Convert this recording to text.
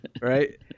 right